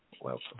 Welcome